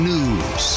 News